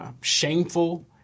shameful